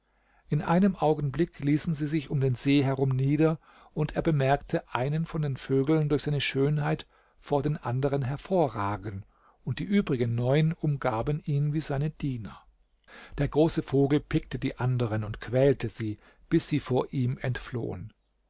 in einem augenblick ließen sie sich um den see herum nieder und er bemerkte einen von den vögeln durch seine schönheit vor den anderen hervorragen und die übrigen neun umgaben ihn wie seine diener der große vogel pickte die anderen und quälte sie bis sie vor ihm entflohen